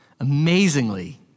Amazingly